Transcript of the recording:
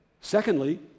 Secondly